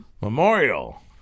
Memorial